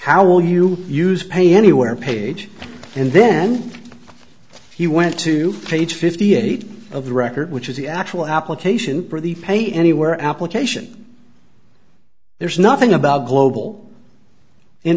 how will you use pay anywhere page and then he went to page fifty eight of record which is the actual application for the pay anywhere application there's nothing about global in